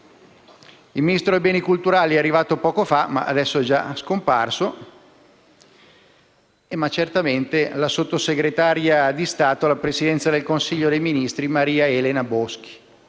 il Ministro dei beni culturali è arrivato poco fa, ma adesso è già scomparso. E certamente manca la sottosegretaria di Stato alla Presidenza del Consiglio dei ministri Maria Elena Boschi.